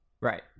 Right